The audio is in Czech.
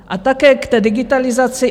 A také k té digitalizaci.